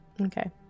Okay